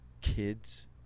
kids